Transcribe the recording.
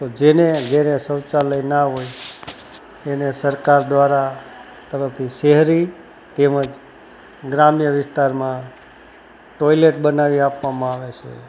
તો જેને ઘરે શૌચાલય ન હોય એને સરકાર દ્વારા તરફથી શહેરી તેમજ ગ્રામ્ય વિસ્તારમાં ટોયલેટ બનાવી આપવામાં આવે છે